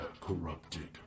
corrupted